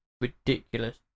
ridiculous